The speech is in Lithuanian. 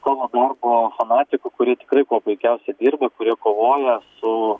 savo darbo fanatikų kurie tikrai kuo puikiausiai dirba kurie kovoja su